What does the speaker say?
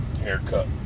haircut